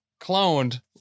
cloned